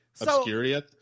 obscurity